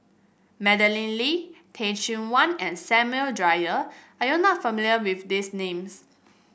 Madeleine Lee Teh Cheang Wan and Samuel Dyer are you not familiar with these names